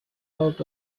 out